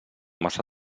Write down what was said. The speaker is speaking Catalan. massa